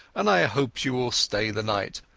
and i hope you will stay the night,